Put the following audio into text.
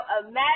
imagine